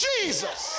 Jesus